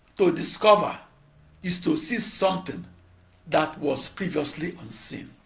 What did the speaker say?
to discover is to see something that was previously unseen.